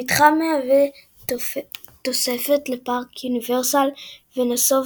המתחם מהווה תוספת לפארק יוניברסל ונסוב